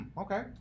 Okay